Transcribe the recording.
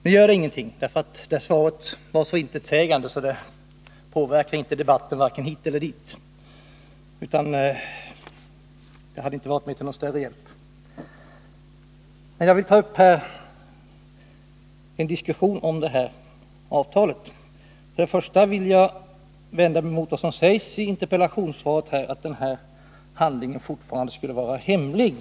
Nu gör det ingenting, därför att svaret var så intetsägande att det inte påverkar debatten vare sig hit eller dit, så det hade inte varit mig till någon större hjälp. Men jag vill ta upp en diskussion om det här avtalet. Först vill jag vända mig mot vad som sägs i interpellationssvaret om att detta avtal fortfarande skulle vara hemligt.